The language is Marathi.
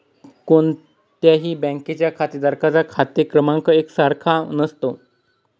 कोणत्याही बँकेच्या खातेधारकांचा खाते क्रमांक एक सारखा नसतो